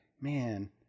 man